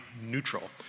neutral